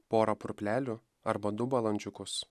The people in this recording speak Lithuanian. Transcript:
porą purplelių arba du balandžiukus